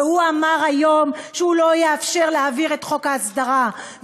והוא אמר היום שהוא לא יאפשר להעביר את חוק ההסדרה.